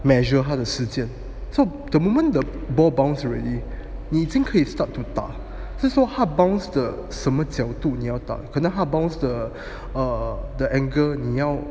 measure 他的时间 so the moment the ball bounced already 你已经可以 start to 打是说他 bounce 的什么角度你要打你要打可能它 bounce 的 err the angle 你要